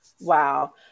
Wow